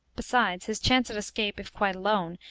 besides, his chance of escape, if quite alone,